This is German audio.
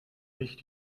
nicht